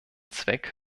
zweck